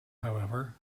however